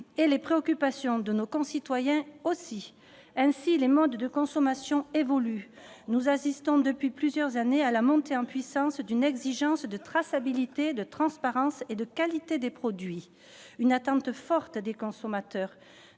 les préoccupations de nos concitoyens. Ainsi, les modes de consommation évoluent. Nous assistons depuis plusieurs années non seulement à la montée en puissance d'une exigence de traçabilité, de transparence et de qualité des produits, mais aussi à une attente forte des consommateurs